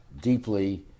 deeply